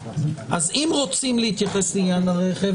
אז אם רוצים להתייחס לעניין הרכב,